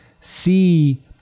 see